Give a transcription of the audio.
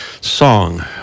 song